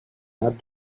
not